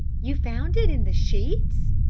you found it in the sheets?